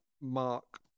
mark